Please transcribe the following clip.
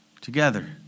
together